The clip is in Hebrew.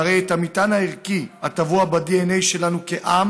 שהרי את המטען הערכי הטבוע בדנ"א שלנו כעם